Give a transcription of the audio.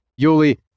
Yuli